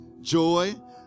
joy